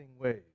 ways